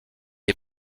est